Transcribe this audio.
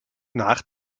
nach